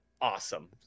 Awesome